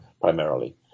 primarily